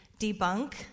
debunk